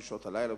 בשעות הלילה,